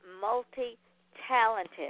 multi-talented